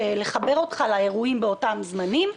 לחבר אותך לארועים באותם זמנים.